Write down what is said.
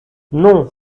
non